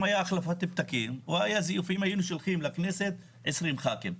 אם הייתה החלפת פתקים או היו זיופים היינו שולחים לכנסת 20 חברי כנסת.